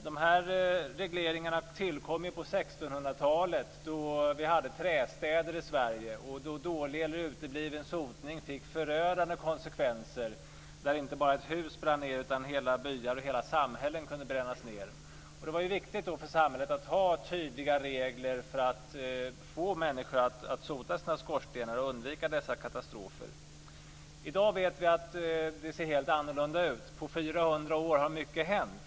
Dessa regleringar tillkom på 1600-talet då vi hade trästäder i Sverige och dålig eller utebliven sotning fick förödande konsekvenser när inte bara ett hus brann ned utan hela byar och samhällen kunde brännas ned. Det var då viktigt för samhället att ha tydliga regler för att få människor att sota sina skorstenar och undvika dessa katastrofer. I dag vet vi att det ser annorlunda ut. På 400 år har mycket hänt.